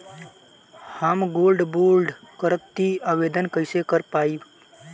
हम gold bond करतिं आवेदन कइसे कर पाइब?